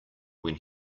when